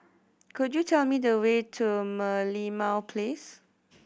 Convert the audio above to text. could you tell me the way to Merlimau Place